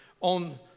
on